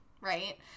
right